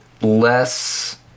less